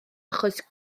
achos